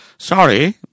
Sorry